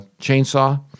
chainsaw